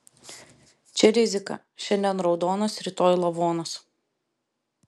čia rizika šiandien raudonas rytoj lavonas